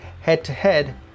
head-to-head